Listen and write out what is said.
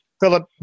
Philip